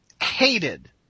Hated